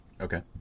Okay